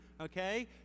okay